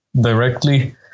directly